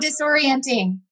disorienting